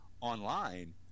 online